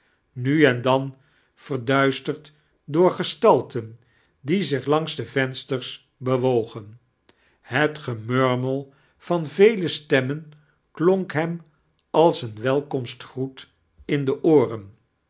nu en dan veffduisteid door gestalten die zioh langs de vensters bewogen het gemurmed van vele stemmen monk hem als een welkomstgroet in de ooren